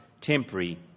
temporary